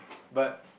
but